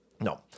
No